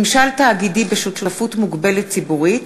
(ממשל תאגידי בשותפות מוגבלת ציבורית),